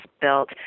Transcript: built